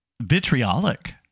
vitriolic